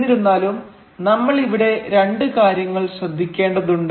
എന്നിരുന്നാലും നമ്മൾ ഇവിടെ രണ്ട് കാര്യങ്ങൾ ശ്രദ്ധിക്കേണ്ടതുണ്ട്